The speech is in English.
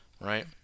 right